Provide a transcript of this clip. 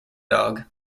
dog